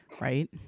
Right